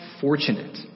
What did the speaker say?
fortunate